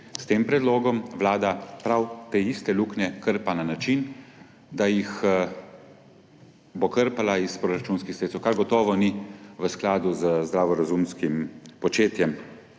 S tem predlogom Vlada prav te iste luknje krpa na način, da jih bo krpala iz proračunih sredstev, kar gotovo ni v skladu z zdravorazumskim početjem.